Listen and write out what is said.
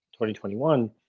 2021